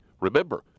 Remember